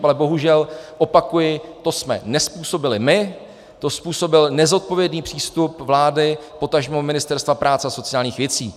Ale bohužel, opakuji, to jsme nezpůsobili my, to způsobil nezodpovědný přístup vlády, potažmo Ministerstva práce a sociálních věcí.